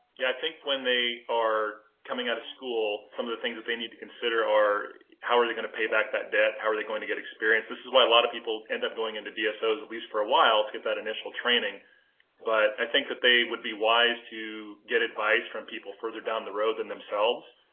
yeah i think when they are coming out of school some of the things that they need to consider are how are they going to pay back that debt how are they going to get experience this is why a lot of people end up going into dso is at least for a while to get that initial training but i think that they would be wise to get advice from people further down the road than themselves